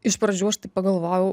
iš pradžių aš taip pagalvojau